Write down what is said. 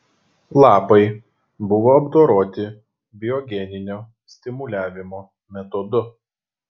lapai buvo apdoroti biogeninio stimuliavimo metodu